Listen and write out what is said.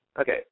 Okay